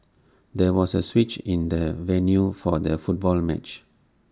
there was A switch in the venue for the football match